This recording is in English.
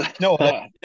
No